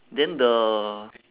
then the